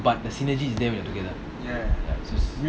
but the synergy is there when we are together ya so